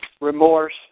remorse